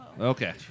Okay